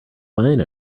wine